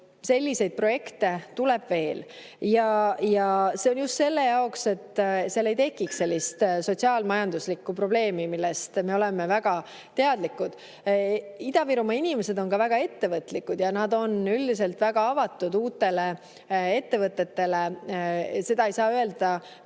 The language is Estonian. Selliseid projekte tuleb veel. Ja see on just selle jaoks, et seal ei tekiks sellist sotsiaal-majanduslikku probleemi, millest me oleme väga teadlikud. Ida-Virumaa inimesed on väga ettevõtlikud ja nad on üldiselt väga avatud uutele ettevõtetele. Seda ei saa öelda